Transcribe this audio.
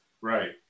Right